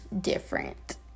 different